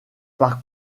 par